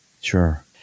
Sure